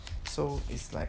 so is like